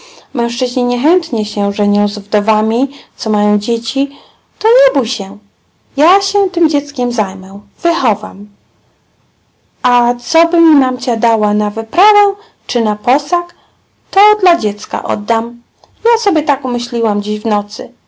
mężczyzni niechętnie się żenią z wdowami co mają dzieci to nie bój się ja się tem dzieckiem zajmę wychowam a co by mi mamcia dała na wyprawę czy na posag to dla dziecka oddam ja sobie tak umyśliłam dziś w nocy